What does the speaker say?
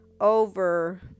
over